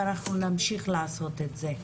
ונמשיך לעשות את זה.